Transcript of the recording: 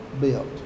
built